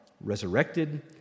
resurrected